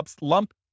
lump